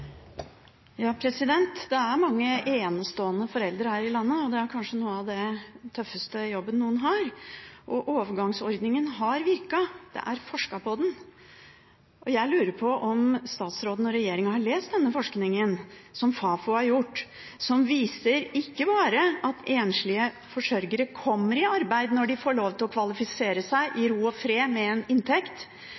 mange enestående foreldre her i landet, og det er kanskje en av de tøffeste jobbene man har. Overgangsordningen har virket, det er forsket på den. Jeg lurer på om statsråden og regjeringen har lest den forskningen som Fafo har gjort, som viser ikke bare at enslige forsørgere kommer i arbeid når de får lov til å kvalifisere seg i